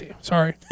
Sorry